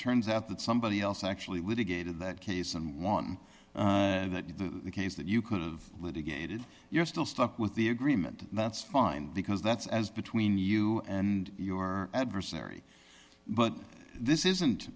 turns out that somebody else actually litigated that case and won that case that you could've litigated you're still stuck with the agreement that's fine because that's as between you and your adversary but this isn't